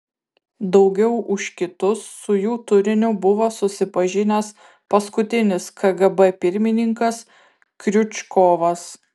daugiau už kitus su jų turiniu buvo susipažinęs paskutinis kgb pirmininkas kriučkovas